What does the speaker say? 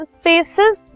spaces